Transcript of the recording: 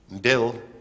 Bill